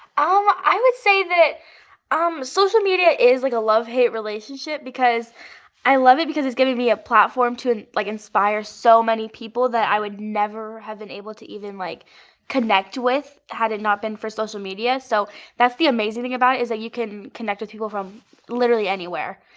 ah i would say that um social media is like a love-hate relationship, because i love it because it's given me a platform to like inspire so many people that i would never have been able to even like connect with had it not been for social media. so that's the amazing thing about it is that you can connect with people from literally anywhere.